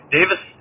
Davis